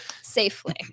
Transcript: safely